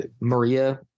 Maria